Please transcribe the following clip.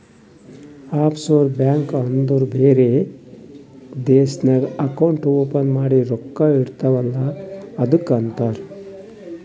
of sure bank ಅಂದುರ್ ಬೇರೆ ದೇಶ್ನಾಗ್ ಅಕೌಂಟ್ ಓಪನ್ ಮಾಡಿ ರೊಕ್ಕಾ ಇಡ್ತಿವ್ ಅಲ್ಲ ಅದ್ದುಕ್ ಅಂತಾರ್